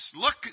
Look